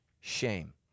shame